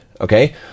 okay